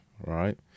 right